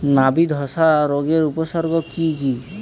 নাবি ধসা রোগের উপসর্গগুলি কি কি?